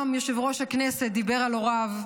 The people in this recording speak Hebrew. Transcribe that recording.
גם יושב-ראש הכנסת דיבר על הוריו.